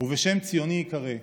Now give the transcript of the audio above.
ובשם ציוני יקרא,